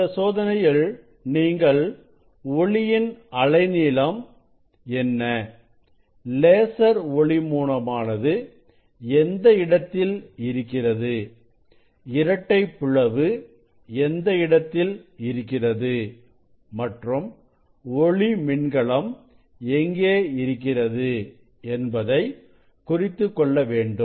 இந்த சோதனையில் நீங்கள் ஒளியின் அலைநீளம் என்ன லேசர் ஒளி மூலமானது எந்த இடத்தில் இருக்கிறது இரட்டைப் பிளவு எந்த இடத்தில் இருக்கிறது மற்றும் ஒளி மின்கலம் எங்கே இருக்கிறது என்பதை குறித்துக்கொள்ள வேண்டும்